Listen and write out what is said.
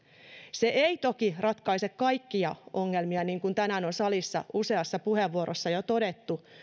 se ei toki ratkaise kaikkia ongelmia niin kuin tänään on salissa useassa puheenvuorossa jo todettu